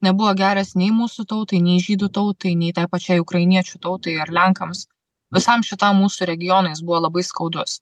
nebuvo geras nei mūsų tautai nei žydų tautai nei tai pačiai ukrainiečių tautai ar lenkams visam šitam mūsų regionui jis buvo labai skaudus